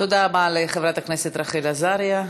תודה רבה לחברת הכנסת רחל עזריה.